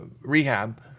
rehab